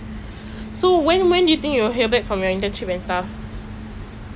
!hais! !wah! I don't think I'll ever stop studying leh